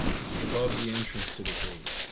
which is above the entrance to the key.